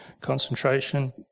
concentration